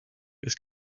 ist